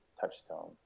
touchstone